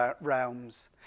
realms